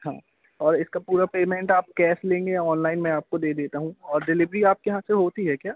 हाँ और इसका पूरा पेमेंट आप कैस लेंगे या ऑनलाइन मैं आपको दे देता हूँ और डिलीवरी आपके यहाँ से होती है क्या